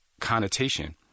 connotation